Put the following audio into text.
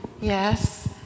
Yes